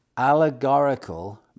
allegorical